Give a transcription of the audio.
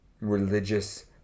religious